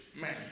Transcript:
man